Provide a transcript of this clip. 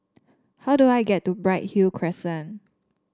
how do I get to Bright Hill Crescent